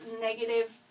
negative